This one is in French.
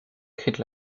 écrites